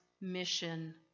mission